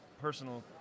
personal